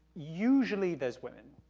usually, there's women.